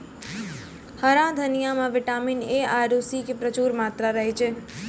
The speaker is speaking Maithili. हरा धनिया मॅ विटामिन ए आरो सी के प्रचूर मात्रा रहै छै